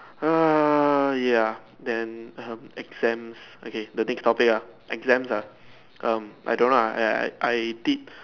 err ya then um exams okay the next topic ah exams ah um I don't know I I I did